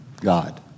God